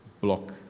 block